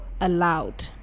allowed